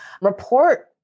report